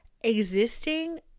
existing